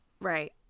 Right